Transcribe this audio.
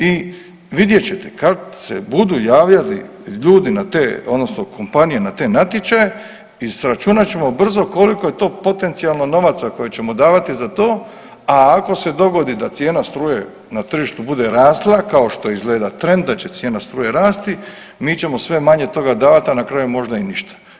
I vidjet ćete kad se budu javljali ljudi na te odnosno kompanije na te natječaje, i sračunat ćemo brzo koliko je to potencijalno novaca koje ćemo davati za to a ako se dogodi da cijena struje na tržištu bude rasla kao što je izgleda trend da će cijena struje rasti, mi ćemo sve manje toga davat, a na kraju možda i ništa.